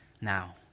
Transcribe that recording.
now